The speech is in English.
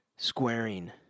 squaring